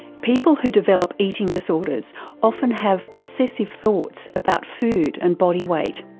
people who develop eating disorders often have obsessive thoughts about food and bodyweight.